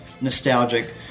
nostalgic